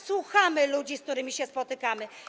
Słuchamy ludzi, z którymi się spotykamy.